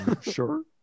Sure